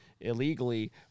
illegally